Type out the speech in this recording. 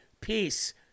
peace